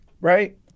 right